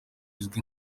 izwi